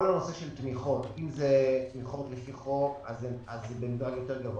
כל הנושא של תמיכות אם זה תמיכות לפי חוק אז זה במדרג גבוה יותר,